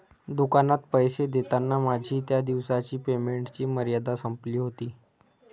दुकानात पैसे देताना माझी त्या दिवसाची पेमेंटची मर्यादा संपली होती